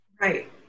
Right